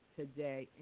today